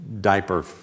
diaper